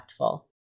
impactful